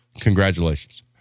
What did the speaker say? congratulations